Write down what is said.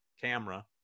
camera